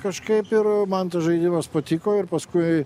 kažkaip ir man tas žaidimas patiko ir paskui